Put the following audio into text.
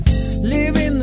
living